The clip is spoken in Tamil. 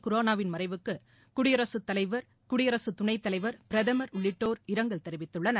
குரானாவின் மறைவுக்கு குடியரசுத் தலைவர் குடியரசு துணைத்தலைவர் பிரதமர் உள்ளிட்டோர் இரங்கல் தெரிவித்துள்ளனர்